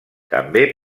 també